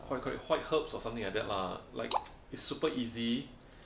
correct correct white herbs or something like that lah like it's super easy